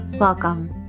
welcome